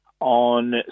on